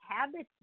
habits